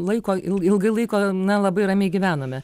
laiko il ilgai laiko na labai ramiai gyvenome